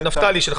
נפתלי,